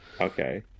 okay